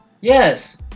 Yes